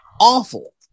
awful